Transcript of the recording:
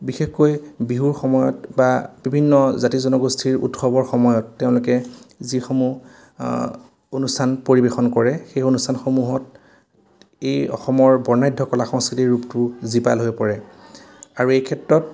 বিশেষকৈ বিহুৰ সময়ত বা বিভিন্ন জাতি জনগোষ্ঠীৰ উৎসৱৰ সময়ত তেওঁলোকে যিসমূহ অনুষ্ঠান পৰিৱেশন কৰে সেই অনুষ্ঠানসমূহত এই অসমৰ বৰ্ণাঢ্য কলা সংস্কৃতিৰ ৰূপটো জীপাল হৈ পৰে আৰু এইক্ষেত্ৰত